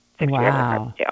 Wow